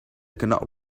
cannot